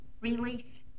release